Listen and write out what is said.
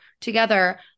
together